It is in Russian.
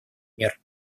мер